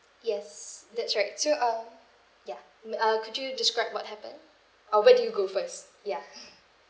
yes that's right so uh ya m~ uh could you describe what happened uh where do you go first ya